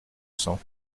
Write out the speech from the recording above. cents